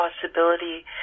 possibility